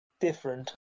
different